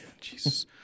Jesus